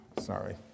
Sorry